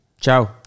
Ciao